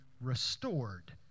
restored